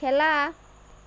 খেলা